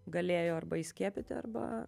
galėjo arba įskiepyti arba